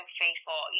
faithful